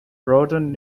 broughton